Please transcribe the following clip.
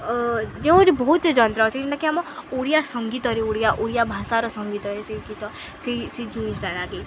ଯେଉଁ ହଉଚି ବହୁତ୍ଟେ ଯନ୍ତ୍ର ଅଛି ଯେନ୍ଟାକି ଆମ ଓଡ଼ିଆ ସଙ୍ଗୀତରେ ଓଡ଼ିଆ ଓଡ଼ିଆ ଭାଷାର ସଙ୍ଗୀତରେ ସେ ଗୀତ ସେଇ ସେ ଜିନିଷ୍ଟା ଲାଗେ